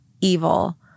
evil